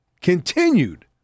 continued